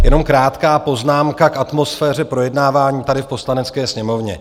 Jenom krátká poznámka k atmosféře projednávání tady v Poslanecké sněmovně.